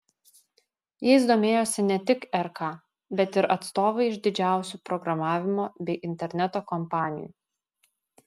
jais domėjosi ne tik rk bet ir atstovai iš didžiausių programavimo bei interneto kompanijų